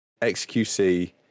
xqc